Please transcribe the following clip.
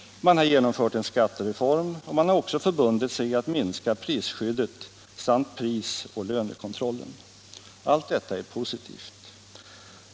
Man har genomfört en skattereform och man har också förbundit sig att minska prisskyddet samt pris och lönekontrollen. Allt detta är positivt.